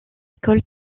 école